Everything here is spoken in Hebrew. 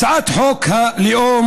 הצעת חוק הלאום